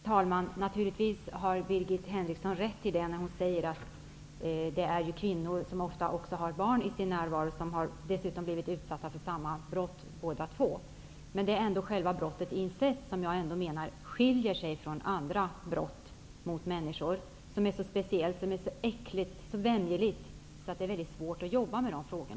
Herr talman! Naturligtvis har Birgit Henriksson rätt i vad hon säger om kvinnor som ofta har barn i sin närvaro och om att både dessa kvinnor och deras barn har utsatts för samma brott. Men själva brottet incest skiljer sig ändå från andra brott mot människor. Incestbrottet är så speciellt, äckligt och vämjeligt att det är väldigt svårt att jobba med sådana frågor.